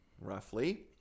roughly